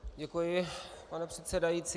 Děkuji, pane předsedající.